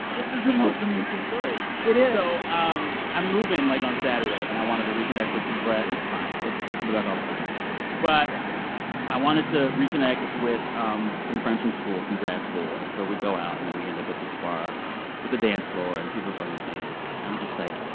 this is the most amazing story it is so um i'm moving, like, on saturday, and i wanted to reconnect with some friends it's fine. it's fine. i'll be back all the time but i wanted to reconnect with um some friends from school, from grad school. and so we go out, and then we end up at this bar with a dance floor, and people are starting to dance. and i'm just like,